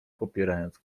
popierając